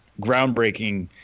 groundbreaking